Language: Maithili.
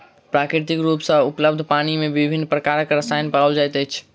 प्राकृतिक रूप सॅ उपलब्ध पानि मे विभिन्न प्रकारक रसायन पाओल जाइत अछि